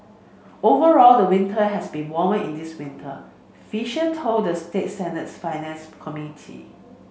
overall the winter has been warmer in this winter fisher told the state Senate's Finance Committee